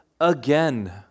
again